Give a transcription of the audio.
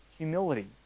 Humility